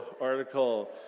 article